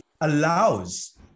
allows